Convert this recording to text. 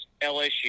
LSU